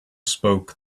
spoke